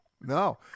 No